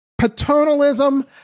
paternalism